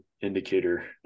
indicator